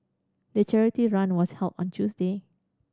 the charity run was held on Tuesday